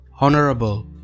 honorable